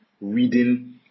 reading